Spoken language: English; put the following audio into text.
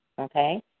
okay